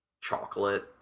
chocolate